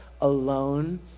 alone